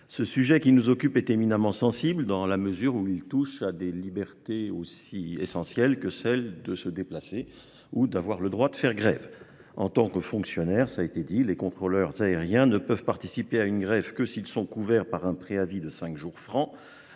le sujet qui nous occupe est éminemment sensible, dans la mesure où il touche à des libertés aussi essentielles que celles de se déplacer ou de faire grève. En tant que fonctionnaires, les contrôleurs aériens ne peuvent participer à une grève que s'ils sont couverts par un préavis de cinq jours francs.